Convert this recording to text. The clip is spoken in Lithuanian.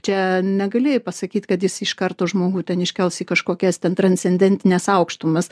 čia negali pasakyt kad jis iš karto žmogų ten iškels į kažkokias ten transcendentines aukštumas